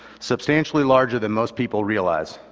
substantially larger than most people realize.